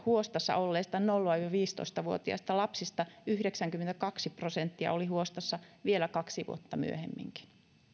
huostassa olleista nolla viiva viisitoista vuotiaista lapsista yhdeksänkymmentäkaksi prosenttia oli huostassa vielä kaksi vuotta myöhemminkin